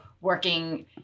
working